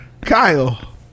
Kyle